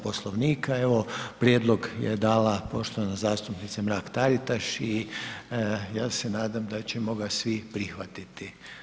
Poslovnika, evo prijedlog je dala poštovana zastupnica Mrak Taritaš i ja se nadam da ćemo ga svi prihvatiti.